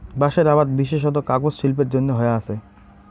বাঁশের আবাদ বিশেষত কাগজ শিল্পের জইন্যে হয়া আচে